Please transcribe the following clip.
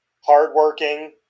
hardworking